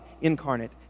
incarnate